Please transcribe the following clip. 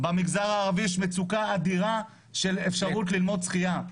במגזר הערבי יש מצוקה אדירה של אפשרות ללמוד שחייה.